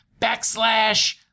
backslash